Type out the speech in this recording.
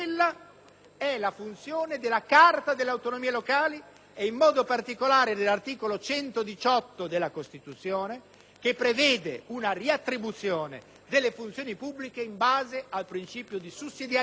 è la funzione della Carta delle autonomie locali e in modo particolare dell'articolo 118 della Costituzione, che prevede una riattribuzione delle funzioni pubbliche in base al principio di sussidiarietà: